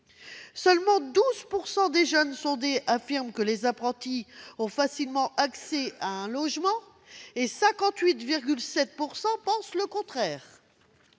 Seuls 12 % des jeunes sondés affirment que les apprentis ont facilement accès à un logement ; ils sont 58,7 % à penser le contraire.